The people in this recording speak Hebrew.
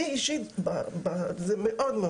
לי אישית זה קשה מאוד.